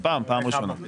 אבל הפעם פעם ראשונה.